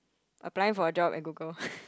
applying for a job at Google